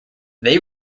they